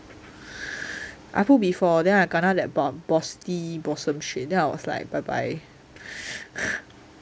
I put before then I kena that bottom shit then I was like bye bye